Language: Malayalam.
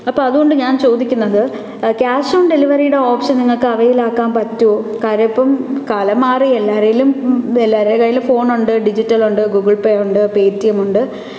അപ്പോള് അതുകൊണ്ട് ഞാൻ ചോദിക്കുന്നത് ക്യാഷ് ഓൺ ഡെലിവറിയുടെ ഓപ്ഷൻ നിങ്ങള്ക്ക് അവൈൽ ആക്കാന് പറ്റുമോ കാര്യം ഇപ്പോള് കാലം മാറി എല്ലാരേലും എല്ലാരെ കയ്യിലും ഫോൺ ഉണ്ട് ഡിജിറ്റലുണ്ട് ഗൂഗിൾ പേ ഉണ്ട് പേറ്റിഎം ഉണ്ട്